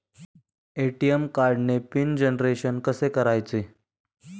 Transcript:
ATM कार्डचे PIN generation कसे करायचे?